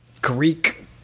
Greek